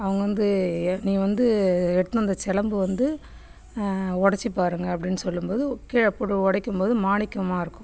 அவங்க வந்து என் நீ வந்து எடுத்துன்னு வந்த சிலம்பு வந்து உடச்சுப் பாருங்க அப்படின்னு சொல்லும்போது ஒ கீழே போட்டு உடைக்கும் போது மாணிக்கமா இருக்கும்